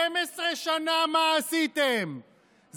מה עשיתם, מה עשיתם 12 שנה.